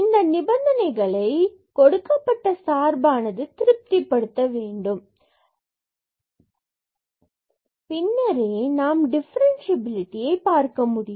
இந்த நிபந்தனைகளை கொடுக்கப்பட்ட சார்பானது திருப்தி படுத்தவேண்டும் பின்னரே நாம் டிஃபரண்ட்சியபிலிடியை பார்க்க முடியும்